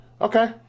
Okay